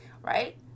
right